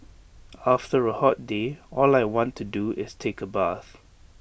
after A hot day all I want to do is take A bath